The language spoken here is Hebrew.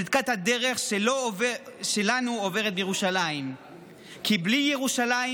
צדקת הדרך שלנו עוברת בירושלים כי בלי ירושלים